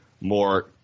more